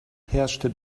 herrschte